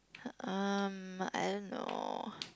um I don't know